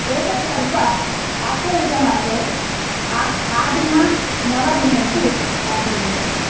एतद् पर्व आश्वयुजमासे आ आदिम नवदिनेषु आचर्यन्ते